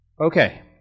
Okay